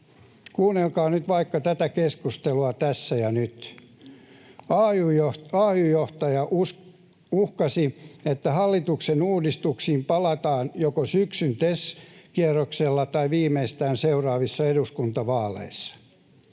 Kuunnelkaa nyt vaikka tätä keskustelua tässä ja nyt. Ay-johtaja uhkasi, että hallituksen uudistuksiin palataan joko syksyn TES-kierroksella tai viimeistään seuraavissa eduskuntavaaleissa.